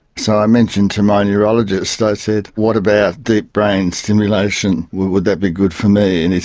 so i mentioned to my neurologist, i said, what about deep brain stimulation? would that be good for me? and he